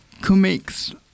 comics